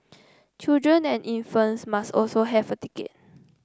children and infants must also have a ticket